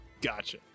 Gotcha